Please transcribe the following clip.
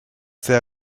there